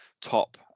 top